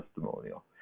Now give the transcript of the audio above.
testimonial